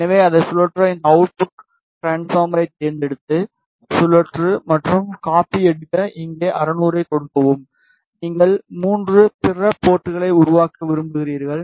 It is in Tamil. எனவே அதை சுழற்ற இந்த அவுட் ட்ரான்ஸ்பார்மை தேர்ந்தெடுத்து சுழற்று மற்றும் காப்பி எடுக்க இங்கே 600 கொடுக்கவும் நீங்கள் 3 பிற போர்ட்களை உருவாக்க விரும்புகிறீர்கள்